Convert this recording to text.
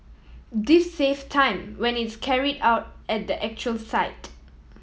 this save time when it's carried out at the actual site